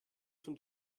zum